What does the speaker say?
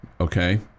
okay